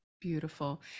Beautiful